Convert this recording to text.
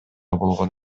болгон